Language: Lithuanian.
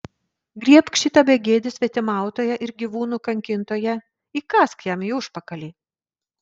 griebk šitą begėdį svetimautoją ir gyvūnų kankintoją įkąsk jam į užpakalį